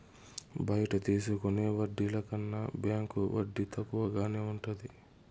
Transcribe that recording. బయట తీసుకునే వడ్డీల కన్నా బ్యాంకు వడ్డీ తక్కువగానే ఉంటది